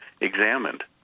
examined